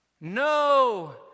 No